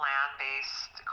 land-based